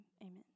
Amen